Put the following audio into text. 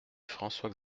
françois